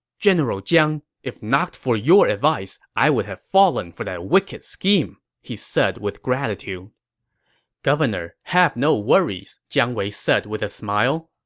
general jiang, if not for your advice, i would have fallen for that wicked scheme! he said with gratitude governor, have no worries, jiang wei said with a smile.